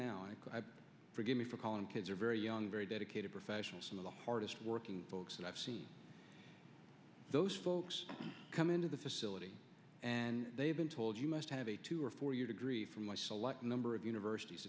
now forgive me for calling kids are very young very dedicated professional some of the hardest working folks that i've seen those folks come into the facility and they've been told you must have a two or four year degree from i select a number of universities